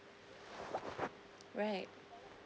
right